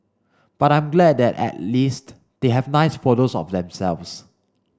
but I'm glad that at least they have nice photos of themselves